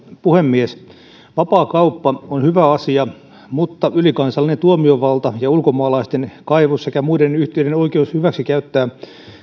puhemies vapaakauppa on hyvä asia mutta ylikansallinen tuomiovalta ja ulkomaalaisten kaivos sekä muiden yhtiöiden oikeus hyväksikäyttää